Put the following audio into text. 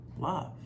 love